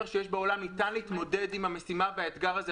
בעולם ניתן להתמודד עם המשימה והאתגר הזה,